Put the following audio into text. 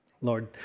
Lord